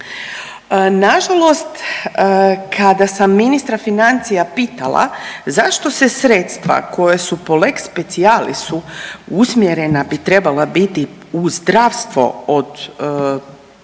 Nažalost kada sam ministra financija pitala zašto se sredstva koja su po lex specialisu usmjerena bi trebala biti u zdravstvo od prometa